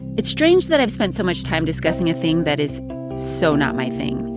it's strange that i've spent so much time discussing a thing that is so not my thing.